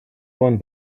want